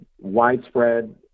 widespread